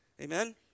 Amen